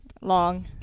Long